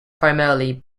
primarily